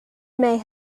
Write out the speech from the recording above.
may